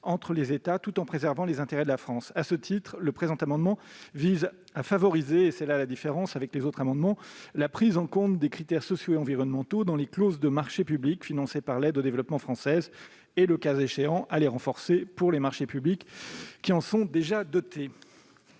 entre les États, tout en préservant les intérêts de la France. Dans ce but, le présent amendement vise à favoriser- là est la différence avec les autres amendements -la prise en compte des critères sociaux et environnementaux dans les clauses des marchés publics financés par l'aide au développement française et, le cas échéant, à les renforcer pour les marchés publics qui en sont déjà dotés.